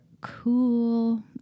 cool